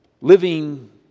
Living